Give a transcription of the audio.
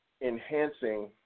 enhancing